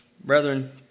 Brethren